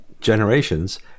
generations